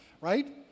right